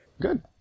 Good